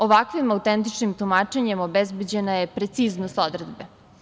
Ovakvim autentičnim tumačenjem obezbeđena je preciznost odredbe.